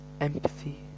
empathy